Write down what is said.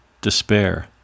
despair